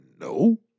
No